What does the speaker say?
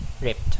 ripped